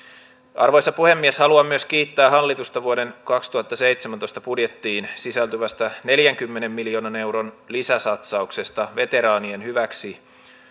arvoisa puhemies haluan myös kiittää hallitusta vuoden kaksituhattaseitsemäntoista budjettiin sisältyvästä neljänkymmenen miljoonan euron lisäsatsauksesta veteraanien hyväksi